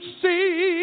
see